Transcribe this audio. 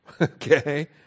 Okay